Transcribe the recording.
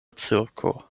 cirko